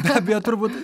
be abejo turbūt